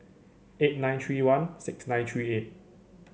eight nine three one six nine three eight